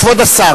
כבוד השר.